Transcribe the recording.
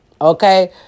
Okay